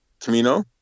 camino